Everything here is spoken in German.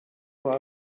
war